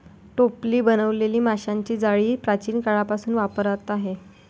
टोपली बनवलेली माशांची जाळी प्राचीन काळापासून वापरात आहे